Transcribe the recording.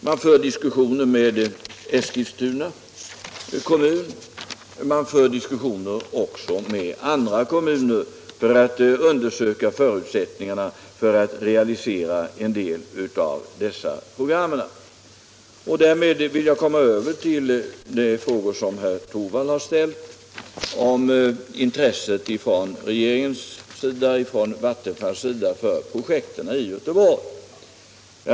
Man för också diskussioner med Eskilstuna kommun liksom med andra kommuner för att undersöka förutsättningarna att realisera en del av föreliggande program. Därmed vill jag komma över till de frågor som herr Torwald har ställt om intresset hos regeringen och hos Vattenfall för projektet i Göteborg.